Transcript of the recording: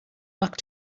back